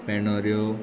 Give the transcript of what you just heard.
फेणोऱ्यो